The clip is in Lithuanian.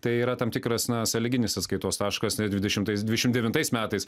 tai yra tam tikras na sąlyginis atskaitos taškas dvidešimtais dvidešim devintais metais